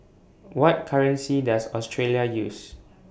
What currency Does Australia use